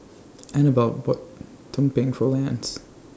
Anabelle bought Tumpeng For Lance